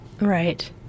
Right